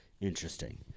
Interesting